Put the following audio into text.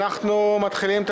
אנחנו מתחילים את